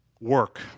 Work